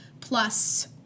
Plus